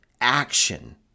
action